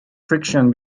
friction